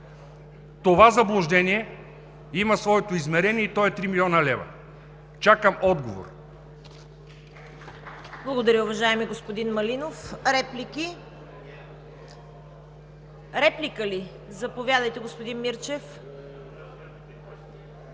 Това заблуждение има своето измерение и то е три милиона лева. Чакам отговор.